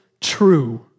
true